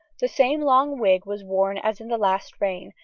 the same long wig was worn as in the last reign,